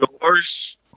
doors